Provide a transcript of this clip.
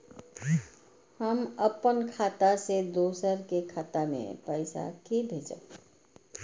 हम अपन खाता से दोसर के खाता मे पैसा के भेजब?